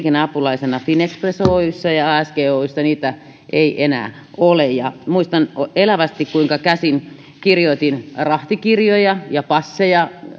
yhdeksänkymmentä luvulla huolintaliikkeessä liikenneapulaisena finnexpress oyssä ja asg oyssä niitä ei enää ole muistan elävästi kuinka käsin kirjoitin rahtikirjoja ja passeja